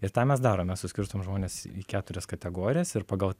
ir tą mes darom mes suskirstom žmones į keturias kategorijas ir pagal